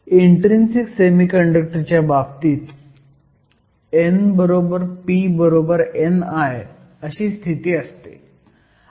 intrinsic semiconductor च्या बाबतीत n p ni अशी स्थिती असते